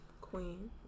Queen